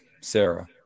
Sarah